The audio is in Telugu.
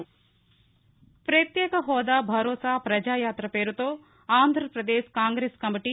పత్యేక హాదా భరోసా ప్రజాయాత్ర పేరుతో ఆంధ్రప్రదేశ్ కాంగ్రెస్ కమిటీ